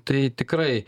tai tikrai